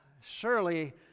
surely